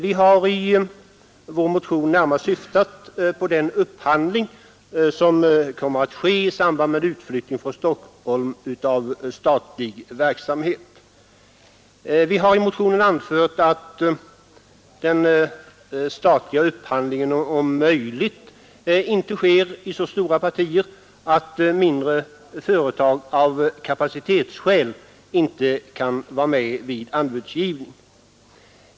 Vi har i vår motion närmast syftat på den upphandling som kommer att ske i samband med utflyttning från Stockholm av statlig verksamhet Vi har i motionen anfört att den statliga upphandlingen om möjligt inte bör ske i så stora partier att mindre företag av kapacitetsskäl inte kan vara med vid anbudsgivning.